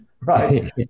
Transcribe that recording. right